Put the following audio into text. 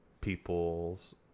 people's